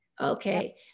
Okay